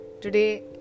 Today